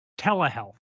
telehealth